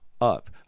up